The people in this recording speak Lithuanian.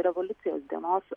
revoliucijos dienos